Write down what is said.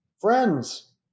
Friends